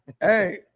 Hey